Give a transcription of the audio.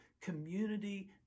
community